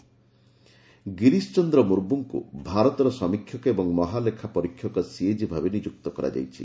CAG Girish Chandra ମୁର୍ମୁଙ୍କୁ ଭାରତର ସମୀକ୍ଷକ ଓ ମହାଲେଖା ପରୀକ୍ଷକ ସିଏଜି ଭାବେ ନିଯୁକ୍ତ କରାଯାଇଛି